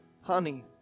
honey